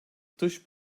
dış